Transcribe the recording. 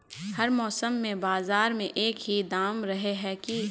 हर मौसम में बाजार में एक ही दाम रहे है की?